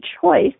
choice